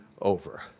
over